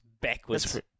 backwards